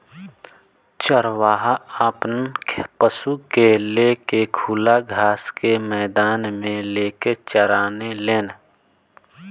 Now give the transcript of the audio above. चरवाहा आपन पशु के ले के खुला घास के मैदान मे लेके चराने लेन